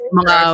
mga